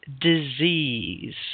disease